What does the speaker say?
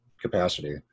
capacity